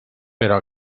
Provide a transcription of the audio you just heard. però